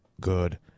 Good